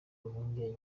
impungenge